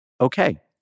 okay